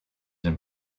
and